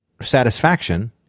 satisfaction